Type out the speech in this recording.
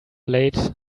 late